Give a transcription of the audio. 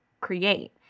create